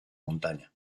montaña